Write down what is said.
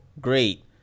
great